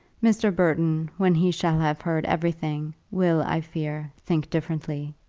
mr. burton, when he shall have heard everything, will, i fear, think differently.